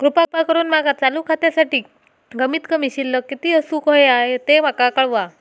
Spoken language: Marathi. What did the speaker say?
कृपा करून माका चालू खात्यासाठी कमित कमी शिल्लक किती असूक होया ते माका कळवा